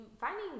finding